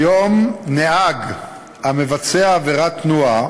כיום, נהג המבצע עבירת תנועה